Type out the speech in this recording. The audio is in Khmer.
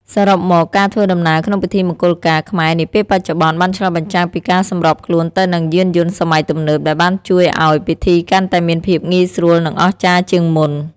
សរុបមក ការធ្វើដំណើរក្នុងពិធីមង្គលការខ្មែរនាពេលបច្ចុប្បន្នបានឆ្លុះបញ្ចាំងពីការសម្របខ្លួនទៅនឹងយានយន្តសម័យទំនើបដែលបានជួយឱ្យពិធីកាន់តែមានភាពងាយស្រួលនិងអស្ចារ្យជាងមុន។